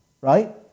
Right